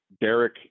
Derek